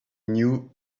knew